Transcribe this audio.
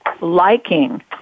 liking